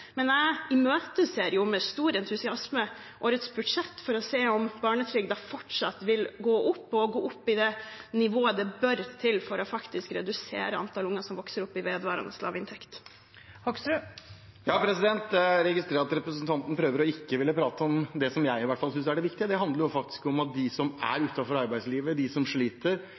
men jeg imøteser årets budsjett med stor entusiasme for å se om barnetrygden fortsatt vil gå opp, og gå opp til det nivået den bør være på for faktisk å redusere antallet unger som vokser opp i vedvarende lavinntekt. Jeg registrerer at representanten prøver ikke å prate om det som jeg i hvert fall synes er det viktige. Det handler om at de som er utenfor arbeidslivet, de som sliter,